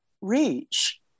reach